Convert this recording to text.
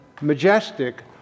majestic